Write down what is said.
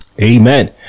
Amen